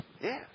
yes